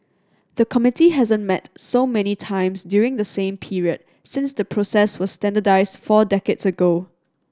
the committee hasn't met so many times during the same period since the process was standardised four decades ago